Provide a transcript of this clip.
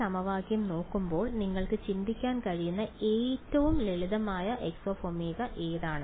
ഈ സമവാക്യം നോക്കുമ്പോൾ നിങ്ങൾക്ക് ചിന്തിക്കാൻ കഴിയുന്ന ഏറ്റവും ലളിതമായ Xω ഏതാണ്